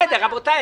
היה על זה